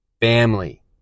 Family